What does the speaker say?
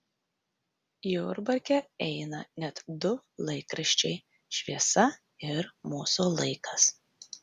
jurbarke eina net du laikraščiai šviesa ir mūsų laikas